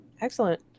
Excellent